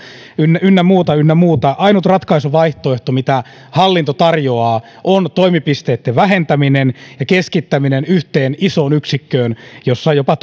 ynnä ynnä muuta ynnä muuta ainut ratkaisuvaihtoehto mitä hallinto tarjoaa on toimipisteitten vähentäminen ja keskittäminen yhteen isoon yksikköön jossa jopa